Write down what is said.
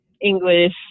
English